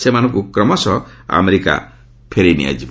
ସେମାନଙ୍କୁ କ୍ରମଶଃ ଆମେରିକା ଫେରାଇ ନିଆଯିବ